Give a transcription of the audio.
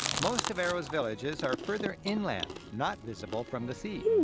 most of aero's villages are further inland, not visible from the sea.